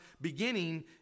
beginning